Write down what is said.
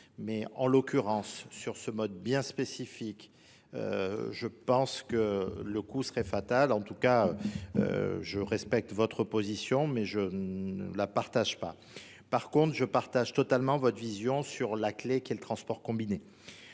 mais en l'occurrence, sur ce mode bien spécifique, je pense que le coût serait fatal. En tout cas, je respecte votre position, mais je ne la partage pas. Par contre, je partage totalement votre vision sur la clé qu'est le transport combiné.